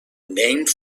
named